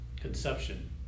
conception